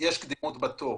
יש קדימות בתור.